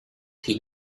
thì